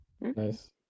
Nice